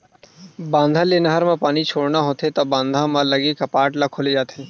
बांधा ले नहर म पानी छोड़ना होथे त बांधा म लगे कपाट ल खोले जाथे